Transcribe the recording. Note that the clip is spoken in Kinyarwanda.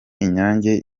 inyange